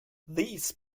these